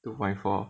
two point four